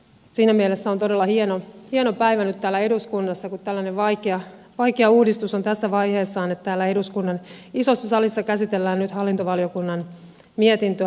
siinä mielessä on todella hieno päivä nyt täällä eduskunnassa kun tällainen vaikea uudistus on tässä vaiheessa että täällä eduskunnan isossa salissa käsitellään nyt hallintovaliokunnan mietintöä aiheesta